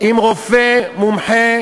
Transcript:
עם רופא מומחה